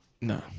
No